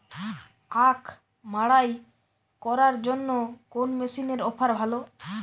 আখ মাড়াই করার জন্য কোন মেশিনের অফার ভালো?